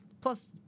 Plus